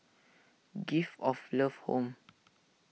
Gift of Love Home